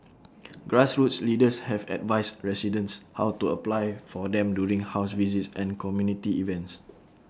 grassroots leaders have advised residents how to apply for them during house visits and community events